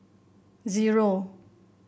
zero